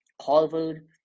Harvard